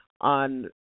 on